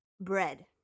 bread